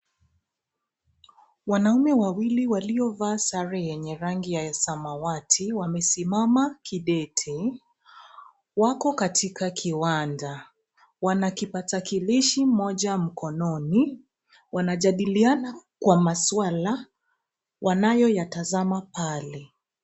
Wanaume wawili waliovaa sare yenye rangi ya samawati, wamesimama kidete. Wako katika kiwanda. Wana kipatakilishi moja mkononi, wanajadiliana kwa masuala, wanayoyatazama pale.